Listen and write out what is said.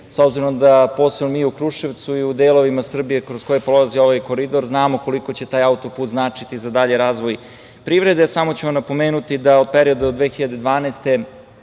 s obzirom da posebno mi u Kruševcu i u delovima Srbije kroz koje prolazi ovaj koridor znamo koliko će taj auto-put značiti za dalji razvoj privrede. Samo ću vam napomenuti da u periodu od 2012.